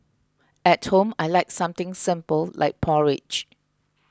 at home I like something simple like porridge